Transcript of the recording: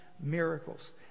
miracles